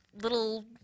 little